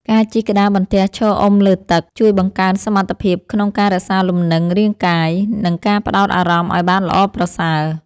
ការជិះក្តារបន្ទះឈរអុំលើទឹក ជួយបង្កើនសមត្ថភាពក្នុងការរក្សាលំនឹងរាងកាយ និងការផ្ដោតអារម្មណ៍ឱ្យបានល្អប្រសើរ។